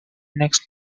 next